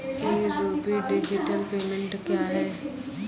ई RUPI digital payment क्या हैं?